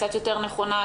קצת יותר נכונה,